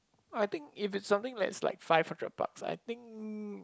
I think if it's something less like five hundred bucks I think